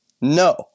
No